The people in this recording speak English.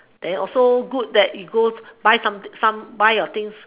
and also good that you go buy some thing some buy your things